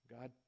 God